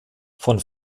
von